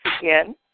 again